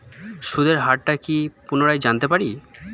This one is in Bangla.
সুদের হার টা কি পুনরায় জানতে পারি?